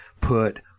put